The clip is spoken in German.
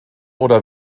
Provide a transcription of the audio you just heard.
oder